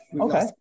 okay